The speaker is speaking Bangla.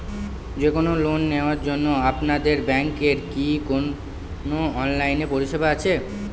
যে কোন লোন নেওয়ার জন্য আপনাদের ব্যাঙ্কের কি কোন অনলাইনে পরিষেবা আছে?